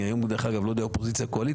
היום אני לא יודע אם זאת אופוזיציה או קואליציה,